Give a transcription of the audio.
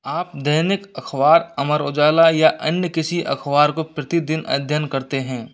आप दैनिक अख़बार अमर उजाला या अन्य किसी अख़बार का प्रतिदिन अध्यन करते हैं